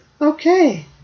Okay